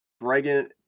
Reagan